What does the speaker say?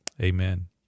Amen